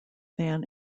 than